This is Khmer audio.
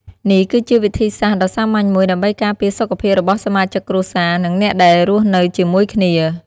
នេះគឺជាវិធីសាស្ត្រដ៏សាមញ្ញមួយដើម្បីការពារសុខភាពរបស់សមាជិកគ្រួសារ និងអ្នកដែលរស់នៅជាមួយគ្នា។